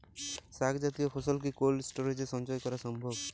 শাক জাতীয় ফসল কি কোল্ড স্টোরেজে সঞ্চয় করা সম্ভব?